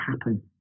happen